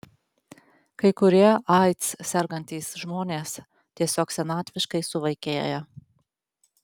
kai kurie aids sergantys žmonės tiesiog senatviškai suvaikėja